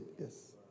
yes